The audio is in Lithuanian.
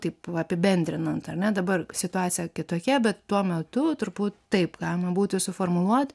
taip apibendrinant ar ne dabar situacija kitokia bet tuo metu turbūt taip galima būtų suformuluot